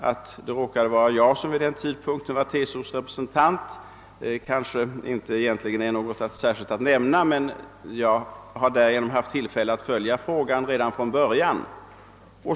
Att det råkade vara jag som vid den tidpunkten var TCO:s representant kanske egentligen inte är något särskilt att nämna, men jag har (därigenom haft tillfälle att följa denna fråga redan från början.